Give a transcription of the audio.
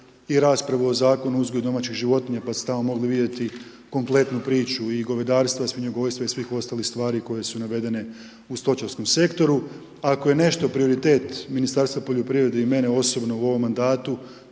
i raspravu o Zakonu o uzgoju domaćih životinja pa ste tamo mogli vidjeti kompletnu priču i govedarstva i svinjogojstva i svih ostalih stvari koje su navedene u stočarskom sektoru. Ako je nešto prioritet Ministarstva poljoprivrede i mene osobno u ovom mandatu